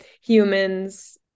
humans